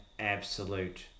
absolute